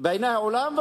בעיני העולם,